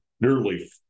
nearly